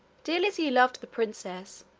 dearly as he loved the princess,